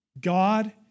God